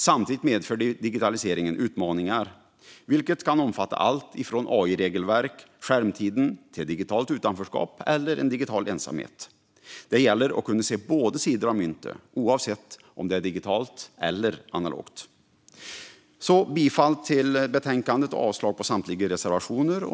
Samtidigt medför digitaliseringen utmaningar, vilka kan omfatta allt från AI-regelverk och skärmtid till ett digitalt utanförskap eller en digital ensamhet. Det gäller att kunna se båda sidor av myntet oavsett om det är digitalt eller analogt. Jag yrkar bifall till utskottets förslag i betänkandet och avslag på samtliga reservationer.